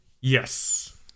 Yes